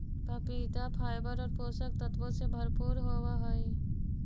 पपीता फाइबर और पोषक तत्वों से भरपूर होवअ हई